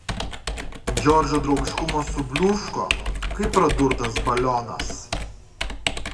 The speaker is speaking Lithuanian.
džordžo draugiškumas subliūško kaip pradurtas balionas